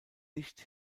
nicht